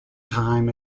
time